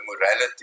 morality